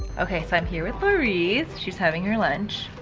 okay so i'm here with laurise she's having her lunch.